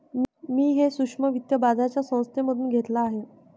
मी हे सूक्ष्म वित्त बाजाराच्या संस्थेमधून घेतलं आहे